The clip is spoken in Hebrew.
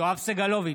יואב סגלוביץ'